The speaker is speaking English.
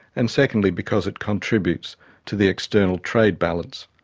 and secondly because it contributes to the external trade balance.